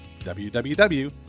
www